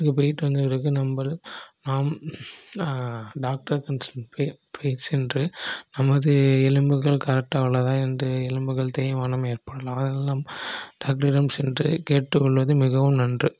நம்ப போயிவிட்டு வந்த பிறகு நம்பள் டாக்டர் கன்சல்ட் போய் போய் சென்று நமது எலும்புகள் கரெக்டாக உள்ளதா என்று எலும்புகள் தேய்மானம் ஏற்படலாம் டாக்டர் இடம் சென்று கேட்டுகொள்வது மிகவும் நன்று